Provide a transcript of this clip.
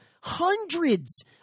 hundreds